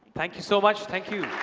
thank you so much. thank you.